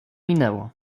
minęło